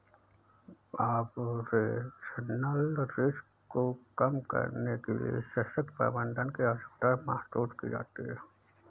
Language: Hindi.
ऑपरेशनल रिस्क को कम करने के लिए सशक्त प्रबंधन की आवश्यकता महसूस की जाती है